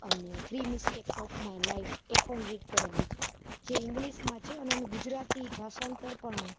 અને three mistakes of my life એ પણ રીડ કરેલી છે જે ઇંગ્લિશમાં છે અને એનું ગુજરાતી ભાષાંતર પણ